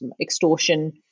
extortion